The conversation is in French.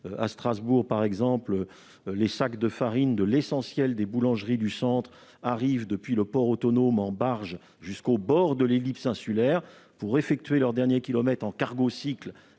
À Strasbourg, par exemple, les sacs de farine de l'essentiel des boulangeries du centre-ville arrivent en barge depuis le port autonome jusqu'au bord de l'ellipse insulaire et effectuent leurs derniers kilomètres en cargos-cycles